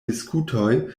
diskutoj